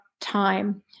time